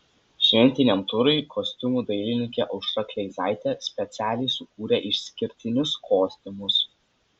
šventiniam turui kostiumų dailininkė aušra kleizaitė specialiai sukūrė išskirtinius kostiumus